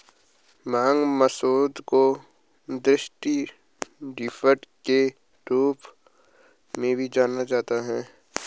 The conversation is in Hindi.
मांग मसौदा को दृष्टि ड्राफ्ट के रूप में भी जाना जाता है